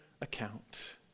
account